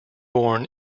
born